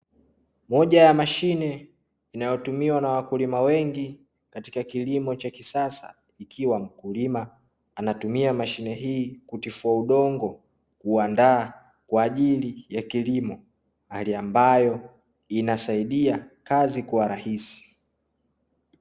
Moja ya mashine inayotumiwa na wakulima wengi katika kilimo cha kisasa, ikiwa mkulima anatumia mashine hii kutifua udongo kuandaa kwa ajili ya kilimo. Hali ambayo inasaidia kazi kuwa rahisi.